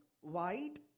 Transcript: white